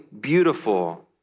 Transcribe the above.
beautiful